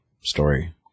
story